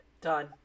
Done